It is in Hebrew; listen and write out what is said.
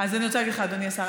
אז אני רוצה להגיד לך, אדוני השר.